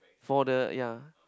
for the ya